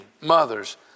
mothers